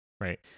right